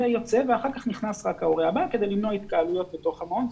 ויוצא ואחר כך נכנס ההורה הבא וזאת כדי למנוע התקהלויות בתוך המעון.